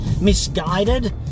misguided